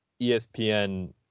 ESPN